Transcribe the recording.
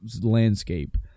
landscape